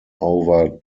over